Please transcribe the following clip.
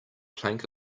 plank